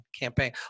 campaign